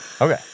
Okay